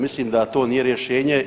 Mislim da to nije rješenje.